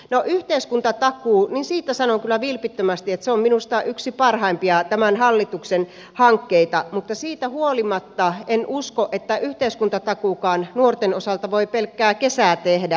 no yhteiskuntatakuusta sanon kyllä vilpittömästi että se on minusta yksi parhaimpia tämän hallituksen hankkeita mutta siitä huolimatta en usko että yhteiskuntatakuukaan nuorten osalta voi pelkkää kesää tehdä